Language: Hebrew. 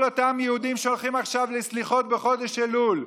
כל אותם יהודים שהולכים עכשיו לסליחות בחודש אלול,